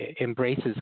embraces